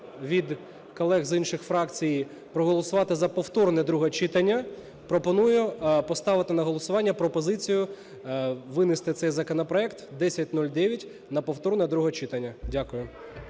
від колег з інших фракцій проголосувати за повторне друге читання, пропоную поставити на голосування пропозицію винести цей законопроект (1009) на повторне друге читання. Дякую.